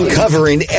covering